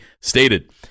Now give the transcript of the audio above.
stated